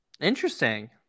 Interesting